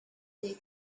they